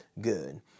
good